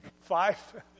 Five